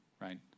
right